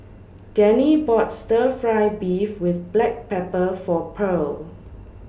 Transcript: Dennie bought Stir Fry Beef with Black Pepper For Purl